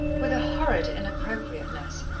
with horrid inappropriateness,